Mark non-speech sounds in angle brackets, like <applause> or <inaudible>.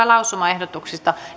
<unintelligible> lausumaehdotusta